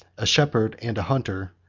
a shepherd and a hunter,